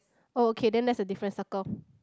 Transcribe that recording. oh okay then that's a difference circle